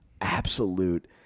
absolute